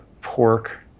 pork